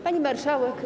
Pani Marszałek!